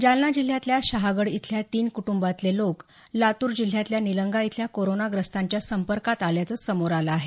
जालना जिल्ह्यातल्या शहागड इथल्या तीन कुटुंबांतले लोक लातूर जिल्ह्यातल्या निलंगा इथल्या कोरोनाग्रस्तांच्या संपर्कात आल्याचं समोर आलं आहे